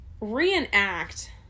reenact